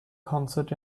concert